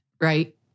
Right